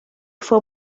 fue